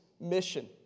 mission